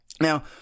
Now